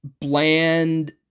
bland